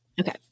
Okay